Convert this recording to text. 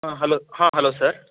ಹಾಂ ಹಲೋ ಹಾಂ hello sir